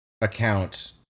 account